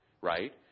right